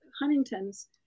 Huntington's